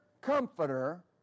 comforter